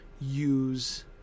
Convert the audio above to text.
use